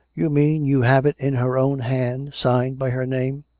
you mean, you have it in her own hand, signed by her name?